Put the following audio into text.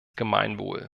gemeinwohl